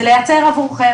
זה לייצר עבורכם,